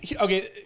Okay